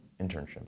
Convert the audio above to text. internship